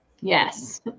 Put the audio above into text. Yes